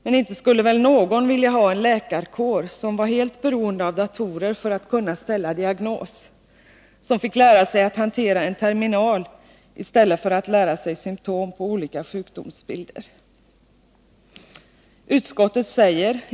Men inte skulle väl någon vilja ha en läkarkår som var helt beroende av datorer för att kunna ställa diagnos, som fick lära sig att hantera en terminal i stället för att lära sig symtom på olika sjukdomsbilder.